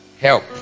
Help